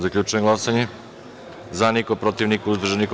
Zaključujem glasanje: za – niko, protiv – niko, uzdržan – niko.